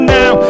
now